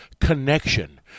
connection